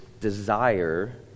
desire